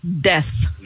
death